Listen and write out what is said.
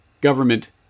government